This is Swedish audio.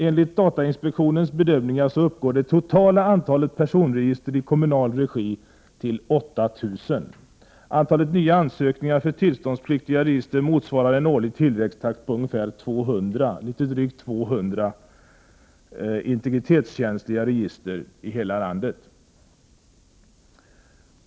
Enligt datainspektionens bedömningar uppgår det totala antalet personregister i kommunal regi till 8 000. Antalet nya ansökningar för tillståndspliktiga register motsvarar en årlig tillväxttakt på ungeför 200 integritetskänsliga register i hela landet.